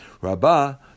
Rabba